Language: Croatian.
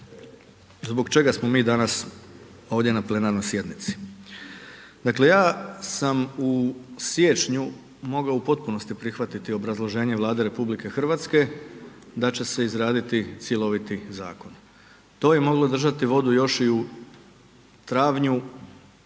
zbog čega smo mi danas ovdje na plenarnoj sjednici. Dakle ja sam u siječnju mogao u potpunosti prihvatiti obrazloženje Vlade RH da će se izraditi cjeloviti zakon. To je moglo držati vodu još i u travnju